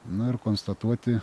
na ir konstatuoti